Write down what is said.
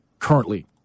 Currently